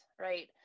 right